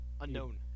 Unknown